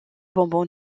bonbons